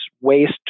waste